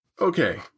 Okay